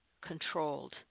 controlled